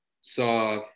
saw